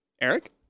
Eric